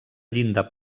llinda